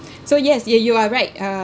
so yes yeah you are right uh